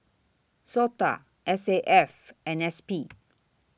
Sota S A F and S P